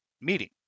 meeting